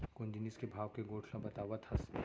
कोन जिनिस के भाव के गोठ ल बतावत हस?